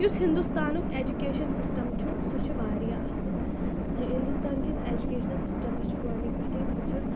یُس ہِنٛدُستانُک education system چھُ سُہ چھُ واریاہ اَصٕل ہِنٛدُستانکِس ایجوٗکیشنَس سِسٹَمَس چھِ گۄڈٕنِکۍ پٮ۪ٹھٕے تِم چھِ